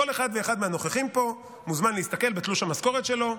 כל אחד ואחד מהנוכחים פה מוזמן להסתכל בתלוש המשכורת שלו,